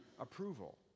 approval